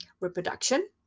reproduction